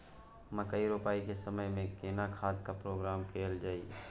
मकई रोपाई के समय में केना खाद के प्रयोग कैल जाय?